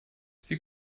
sie